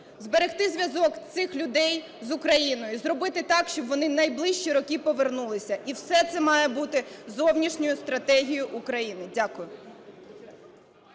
Зберегти зв'язок цих людей з Україною, зробити так, щоб вони в найближчі роки повернулися. І все це має бути зовнішньою стратегією України. Дякую.